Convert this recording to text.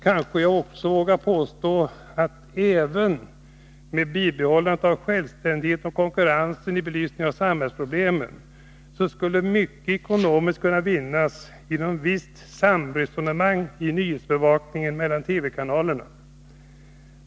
Kanske jag också vågar påstå att, även med bibehållande av självständigheten och konkurrensen vid belysning av samhällsproblemen, mycket ekonomiskt skulle kunna vinnas genom ett visst samresonemang beträffande nyhetsbevakningen mellan TV-kanalerna.